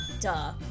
Duh